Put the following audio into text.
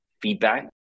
feedback